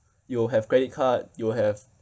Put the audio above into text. you will have credit card you have